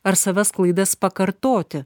ar savas klaidas pakartoti